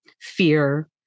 fear